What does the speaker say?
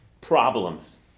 problems